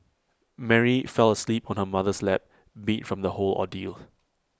Mary fell asleep on her mother's lap beat from the whole ordeal